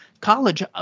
College